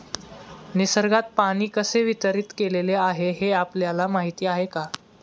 निसर्गात पाणी कसे वितरीत केलेले आहे हे आपल्याला माहिती आहे का?